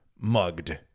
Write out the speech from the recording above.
mugged